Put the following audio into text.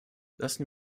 lassen